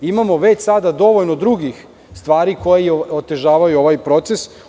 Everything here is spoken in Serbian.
Imamo već sada dovoljno drugih stvari koje otežavaju ovaj proces.